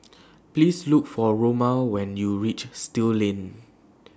Please Look For Roma when YOU REACH Still Lane